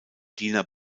diener